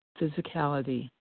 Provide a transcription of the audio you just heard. physicality